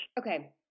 Okay